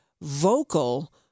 vocal